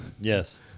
Yes